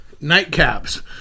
Nightcaps